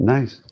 Nice